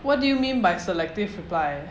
what do you mean by selective reply